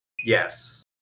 yes